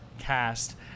cast